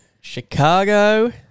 Chicago